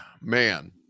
Man